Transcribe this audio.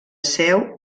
seu